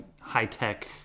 high-tech